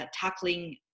tackling